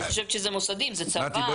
אני חושבת שזה מוסדי, אם זה צבא.